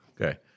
Okay